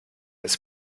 ist